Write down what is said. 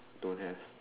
don't have